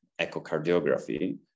echocardiography